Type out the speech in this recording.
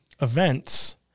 events